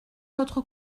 votre